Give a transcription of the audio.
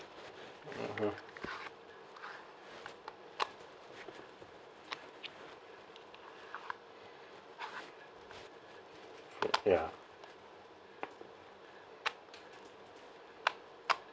mmhmm ya